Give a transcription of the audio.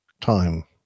time